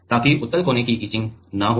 ताकि उत्तल कोने की इचिंग न हो